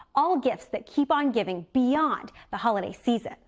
all gifts that keep on giving beyond the holiday season.